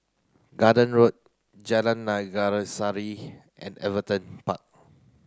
Garden Road Jalan Naga Sari and Everton Park